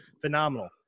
phenomenal